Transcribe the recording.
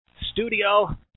studio